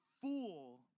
fool